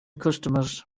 customers